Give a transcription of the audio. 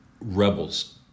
rebels